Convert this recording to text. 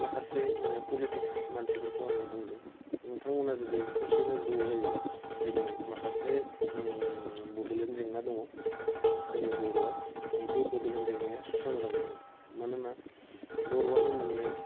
माखासे माने पलिटिक्स मानसिफोरखौ आं बुंदों नोंथांमोना जुदि खौसेनो ज' जयोबा दिनै माखासे बड'लेण्ड जेंना दङ जोंनि बर'आव त' बे बड'लेण्ड जेंनाया सुस्रांजागौमोन मानोना बर'आनो मोननै